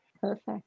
Perfect